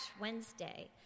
Wednesday